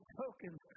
tokens